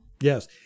yes